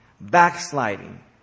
Backsliding